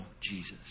Jesus